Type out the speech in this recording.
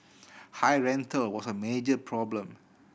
high rental was a major problem